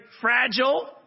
fragile